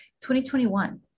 2021